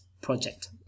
project